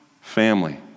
family